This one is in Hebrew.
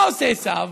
מה עושה עשיו?